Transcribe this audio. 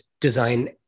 design